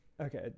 okay